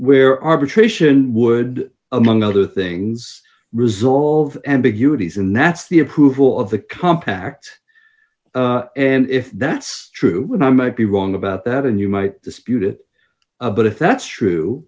where arbitration would among other things resolve ambiguity as in that's the approval of the compact and if that's true and i might be wrong about that and you might dispute it but if that's true